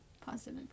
positive